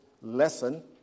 lesson